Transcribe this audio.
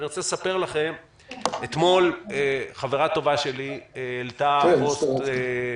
אני רוצה לספר לכם שאתמול חברה טובה שלי העלתה פוסט